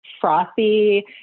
frothy